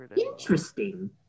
Interesting